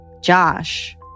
Josh